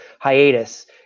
hiatus